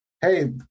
hey